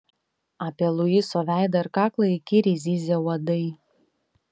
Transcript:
apie luiso veidą ir kaklą įkyriai zyzė uodai